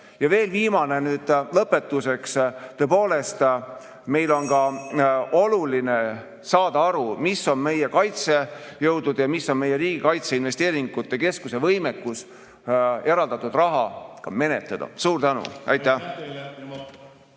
Ja veel viimane, nüüd lõpetuseks. Tõepoolest, meile on ka oluline saada aru, milline on meie kaitsejõudude ja meie Riigi Kaitseinvesteeringute Keskuse võimekus eraldatud raha [kasutada]. Suur tänu! Aitäh!